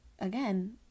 again